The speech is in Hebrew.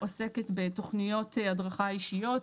עוסקת בתכניות הדרכה אישיות.